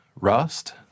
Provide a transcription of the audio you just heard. Rust